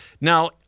Now